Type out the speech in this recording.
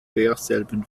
derselben